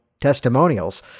testimonials